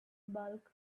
bulk